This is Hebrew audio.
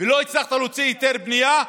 ולא הצלחת להוציא היתר בנייה,